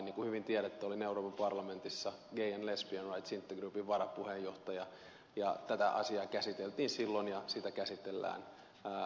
niin kuin hyvin tiedätte olin euroopan parlamentissa intergroup on gay and lesbian rights työryhmän varapuheenjohtaja ja tätä asiaa käsiteltiin silloin ja sitä käsitellään edelleen